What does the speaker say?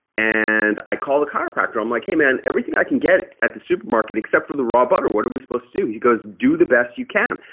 and i call the chiropractor, i'm like hey man everything i can get at the supermarket except for the raw butter, what are we supposed to do? he goes, do the best you can.